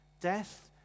death